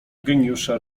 geniusza